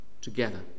together